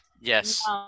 Yes